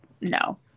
no